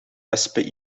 wespen